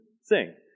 sing